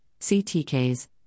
CTKs